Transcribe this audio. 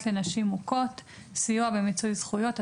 לנשים מוכות) (תיקון מס'...) (סיוע במיצוי זכויות ),